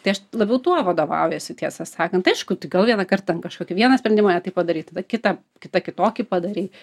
tai aš labiau tuo vadovaujuosi tiesą sakant aišku tu gal vienąkart ten kažkokį vieną sprendimą ne taip padarei tada kitą kitą kitokį padarei